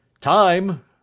Time